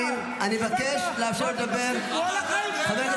אני מבקש --- עם כל הכבוד,